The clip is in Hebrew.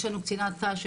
יש לנו קצינת ת"ש,